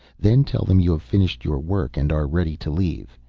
then tell them you have finished your work and are ready to leave.